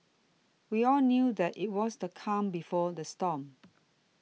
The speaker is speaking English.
we all knew that it was the calm before the storm